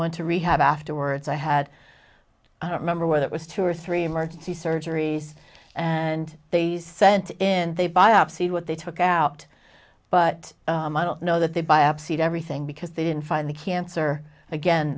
went to rehab afterwards i had remember what it was two or three emergency surgeries and they sent in they biopsy what they took out but i don't know that they biopsied everything because they didn't find the cancer again